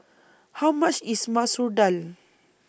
How much IS Masoor Dal